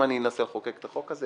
אם אני אנסה לחוקק את החוק הזה,